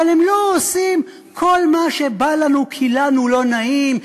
אבל הם לא עושים כל מה שבא לנו כי לנו לא נעים,